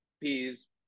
please